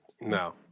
No